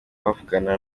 bavugana